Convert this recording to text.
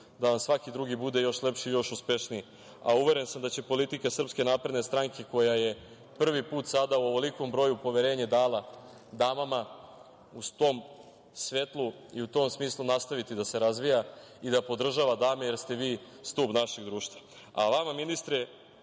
da vam svaki drugi bude još lepši i još uspešniji, a uveren sam da će politika SNS koja je prvi put sada u ovolikom broju poverenje dala damama, u tom svetlu i u tom smislu nastaviti da se razvija i da podržava dame, jer ste vi stub našeg društva. Vama, ministre,